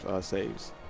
saves